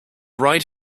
ride